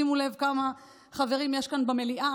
שימו לב כמה חברים יש כאן במליאה,